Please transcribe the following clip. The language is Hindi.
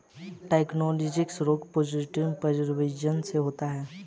ट्राइकोडिनोसिस रोग प्रोटोजोआ परजीवी से होता है